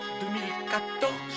2014